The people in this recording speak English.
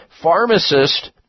pharmacist